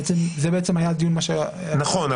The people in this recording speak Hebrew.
זה היה הדיון -- נכון,